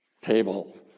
table